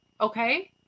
Okay